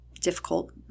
difficult